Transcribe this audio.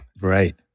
Right